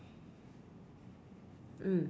mm